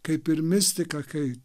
kaip ir mistika kai